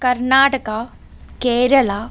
Karnataka Kerala